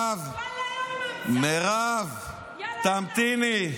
יאללה, יאללה, שמענו אותך, מירב, מירב,